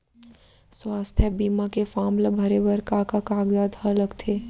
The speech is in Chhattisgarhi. स्वास्थ्य बीमा के फॉर्म ल भरे बर का का कागजात ह लगथे?